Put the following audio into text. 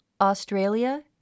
Australia